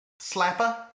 slapper